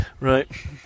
right